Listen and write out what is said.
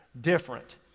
different